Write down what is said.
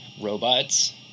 robots